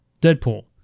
Deadpool